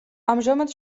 ამჟამად